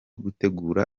gutegura